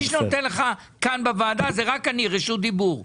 מי שנותן לך כאן בוועדה זה רק אני, רשות דיבור.